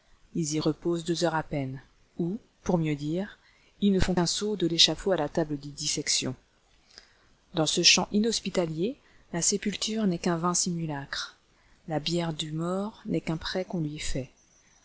ils y reposent deux heures à peine ou pour mieux dire ils ne font qu'un saut de l'échafaud à la table de dissection dans ce champ inhospitalier la sépulture n'est qu'un vain simulacre la bière du mort n'est qu'un prêt qu'on lui fait